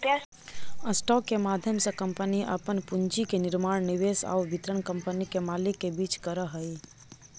stock के माध्यम से कंपनी अपन पूंजी के निर्माण निवेश आउ वितरण कंपनी के मालिक के बीच करऽ हइ